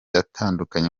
atandukanye